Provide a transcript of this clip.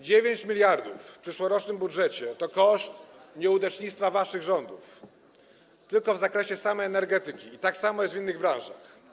9 mld w przyszłorocznym budżecie to koszt nieudacznictwa waszych rządów tylko w zakresie samej energetyki, a tak samo jest w innych branżach.